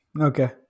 Okay